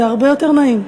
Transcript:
זה הרבה יותר נעים.